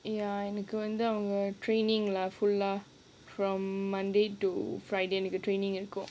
ya எனக்கு வந்து அவங்க:enakku vandhu avanga training leh full ah from monday to friday எனக்கு:enakku training இருக்கும்:irukkum